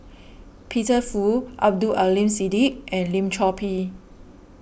Peter Fu Abdul Aleem Siddique and Lim Chor Pee